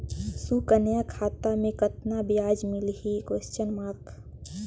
सुकन्या खाता मे कतना ब्याज मिलही?